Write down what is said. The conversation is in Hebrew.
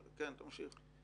תמשיך.